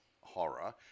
horror